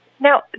Now